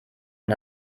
man